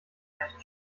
recht